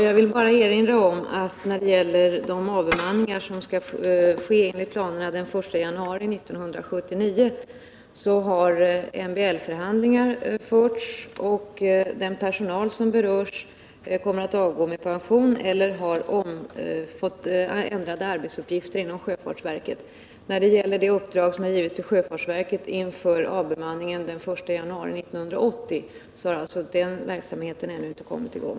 Herr talman! När det gäller de avbemanningar som enligt planerna skall ske den 1 januari 1979 har MBL-förhandlingar förts. Den personal som berörs kommer att avgå med pension eller ha fått andra arbetsuppgifter inom sjöfartsverket. När det gäller det uppdrag som har givits till sjöfartsverket inför avbemanningen den 1 januari 1980 har den verksamheten ännu inte kommit i gång.